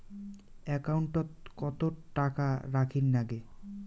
একাউন্টত কত টাকা রাখীর নাগে?